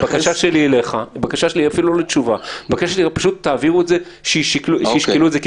הבקשה שלי אליך היא שתעביר את זה כדי שישקלו את זה.